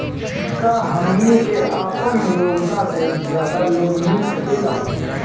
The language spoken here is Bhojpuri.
का हमनी के आपन योग्यता से ज्यादा लोन मिल सकेला?